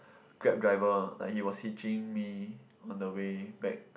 Grab driver ah like he was hitching me on the way back